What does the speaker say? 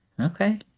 Okay